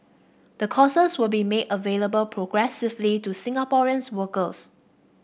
the courses will be made available progressively to Singaporean workers